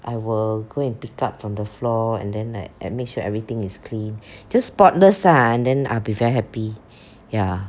I will go and pick up from the floor and then like and make sure everything is clean just spotless ah the then and I'll be very happy ya